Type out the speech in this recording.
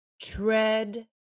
Tread